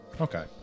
Okay